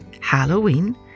Halloween